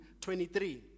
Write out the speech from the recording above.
23